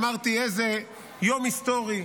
אמרתי, איזה יום היסטורי.